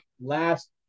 last